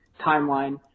timeline